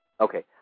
Okay